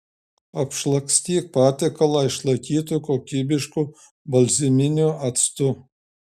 apšlakstyk patiekalą išlaikytu kokybišku balzaminiu actu